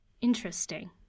Interesting